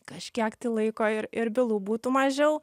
kažkiek laiko ir ir bylų būtų mažiau